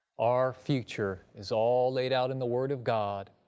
our future is all laid out in the word of god.